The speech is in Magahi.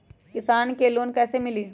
किसान के लोन कैसे मिली?